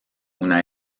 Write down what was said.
una